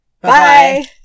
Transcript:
Bye